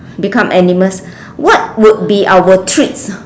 become animals what would be our treats